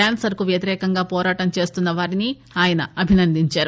cancer కు వ్యతిరేకంగా పోరాటం చేస్తున్న వారిని ఆయన అభినందించారు